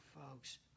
folks